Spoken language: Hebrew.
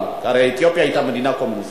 הרי אתיופיה היתה מדינה קומוניסטית,